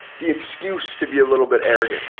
the excuse to be a little bit arrogant,